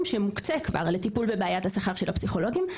שכבר מוקצה לטיפול בבעיית השכר של הפסיכולוגים,